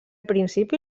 principi